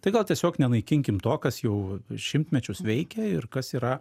tai gal tiesiog nenaikinkim to kas jau šimtmečius veikia ir kas yra